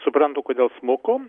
suprantu kodėl smuko